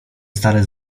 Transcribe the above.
stary